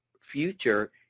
future